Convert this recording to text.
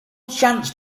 chance